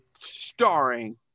starring